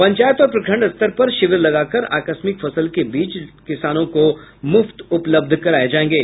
पंचायत और प्रखंड स्तर पर शिविर लगाकर आकस्मिक फसल के बीज किसानों को मुफ्त उपलब्ध कराये जायेंगे